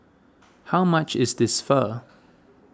how much is this Pho